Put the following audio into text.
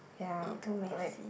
eat too messy